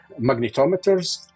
magnetometers